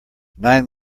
nine